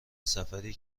سفری